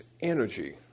energy